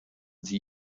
sie